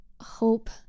hope